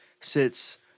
sits